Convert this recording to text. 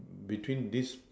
between this